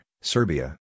Serbia